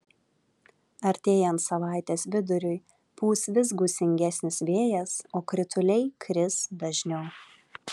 artėjant savaitės viduriui pūs vis gūsingesnis vėjas o krituliai kris dažniau